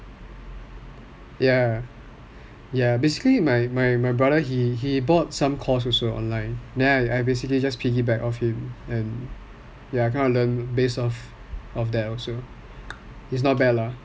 ya basically my brother he bought some course also online then I basically just piggy back off him and I kind of learn based off that also it's not bad lah